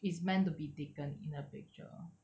is meant to be taken in a picture